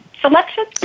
selection